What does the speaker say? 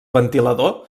ventilador